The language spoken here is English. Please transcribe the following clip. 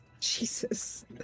Jesus